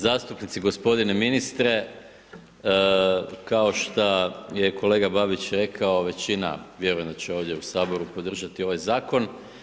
Zastupnice g. ministre, kao što je kolega Babić rekao, većina, vjerujem da će ovdje u Saboru podržati ovaj zakon.